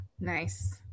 Nice